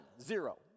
Zero